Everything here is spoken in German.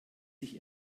sich